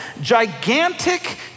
gigantic